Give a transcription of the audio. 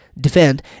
defend